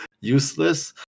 useless